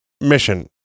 mission